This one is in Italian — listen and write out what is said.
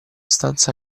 stanza